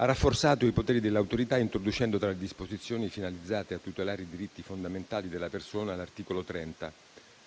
ha rafforzato i poteri dell'Autorità, introducendo, tra le disposizioni finalizzate a tutelare i diritti fondamentali della persona, l'articolo 30,